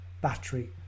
battery